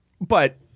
But-